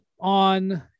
on